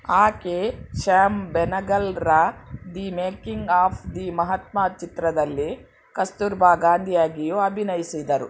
ಆಕೆ ಶ್ಯಾಮ್ ಬೆನಗಲ್ರ the making of the Mahatma ಚಿತ್ರದಲ್ಲಿ ಕಸ್ತೂರ್ಬಾ ಗಾಂಧಿಯಾಗಿಯೂ ಅಭಿನಯಿಸಿದರು